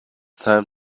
time